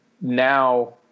now